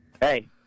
Hey